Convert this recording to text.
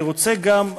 אני רוצה גם,